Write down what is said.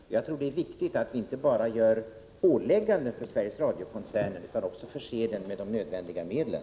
Jag tror att det är viktigt att vi inte bara ger Sveriges Radio-koncernen ålägganden utan också förser den med de nödvändiga medlen.